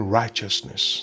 righteousness